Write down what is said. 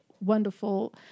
wonderful